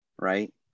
right